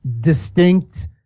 Distinct